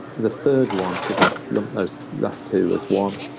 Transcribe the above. the third one, because i've lumped those last two as one,